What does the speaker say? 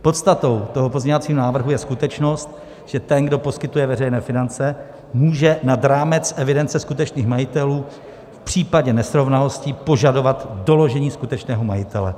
Podstatou pozměňovacího návrhu je skutečnost, že ten, kdo poskytuje veřejné finance, může nad rámec evidence skutečných majitelů v případě nesrovnalostí požadovat doložení skutečného majitele.